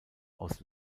aus